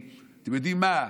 אתם יודעים על מה?